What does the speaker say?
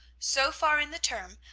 so far in the term,